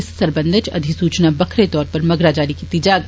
इस सरबंधै च अधिसूचना बक्खरे तौर उप्पर मगरा जारी कीता जाग